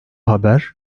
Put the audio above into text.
haber